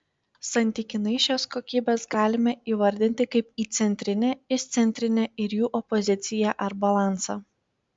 santykinai šias kokybes galime įvardinti kaip įcentrinę išcentrinę ir jų opoziciją ar balansą